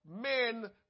men